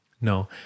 No